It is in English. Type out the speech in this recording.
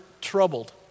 troubled